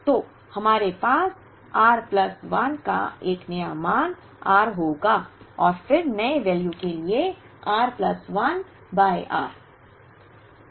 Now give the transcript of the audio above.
तो हमारे पास r प्लस 1 का नया मान r होगा और फिर नए वैल्यू के लिए r प्लस 1 बाय r